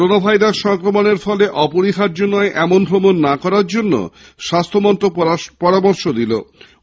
corona ভাইরাসের সংক্রমণের ফলে অপরিহার্য নয় এমন ভ্রমণ না করার জন্য স্বাস্থ্যমন্ত্রক পরামর্শ দিয়েছে